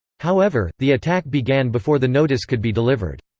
however, the attack began before the notice could be delivered.